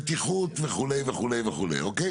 בטיחות וכו' וכו' וכו'.